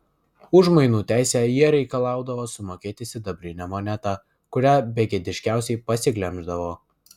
už mainų teisę jie reikalaudavo sumokėti sidabrinę monetą kurią begėdiškiausiai pasiglemždavo